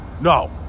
no